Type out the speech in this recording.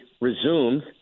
resumed